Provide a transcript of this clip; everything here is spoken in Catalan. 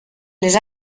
les